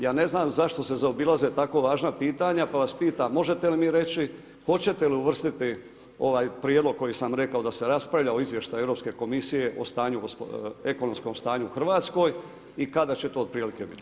Ja ne znam zašto se zaobilaze tako važna pitanja, pa vas pitam možete li mi reći hoćete li uvrstiti ovaj prijedlog koji sam rekao da se raspravlja o izvještaju Europske komisije o ekonomskom stanju u RH i kada će to otprilike biti.